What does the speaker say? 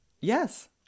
Yes